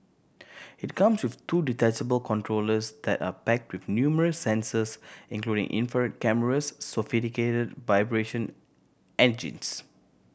it comes with two detachable controllers that are packed with numerous sensors including infrared cameras sophisticated vibration engines